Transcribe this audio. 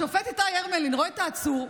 השופט איתי הרמלין רואה את העצור,